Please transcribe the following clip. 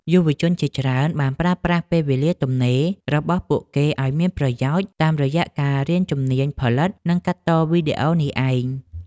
យុវជនជាច្រើនបានប្រើប្រាស់ពេលវេលាទំនេររបស់ពួកគេឱ្យមានប្រយោជន៍តាមរយៈការរៀនជំនាញផលិត និងកាត់តវីដេអូនេះឯង។